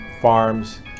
farms